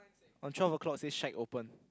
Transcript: on twelve clock say shack open